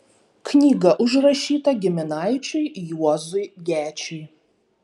knyga užrašyta giminaičiui juozui gečiui